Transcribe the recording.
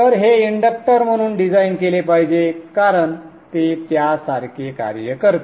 तर हे इंडक्टर म्हणून डिझाइन केले पाहिजे कारण ते त्या सारखे कार्य करते